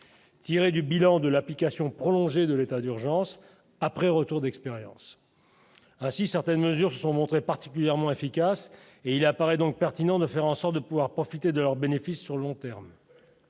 tirées du bilan de l'application prolongée de l'état d'urgence après un retour d'expérience ainsi certaines mesures sont montrés particulièrement efficace et il apparaît donc pertinent de faire en sorte de pouvoir profiter de leurs bénéfices sur le long terme,